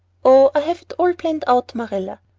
oh, i have it all planned out, marilla.